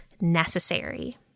necessary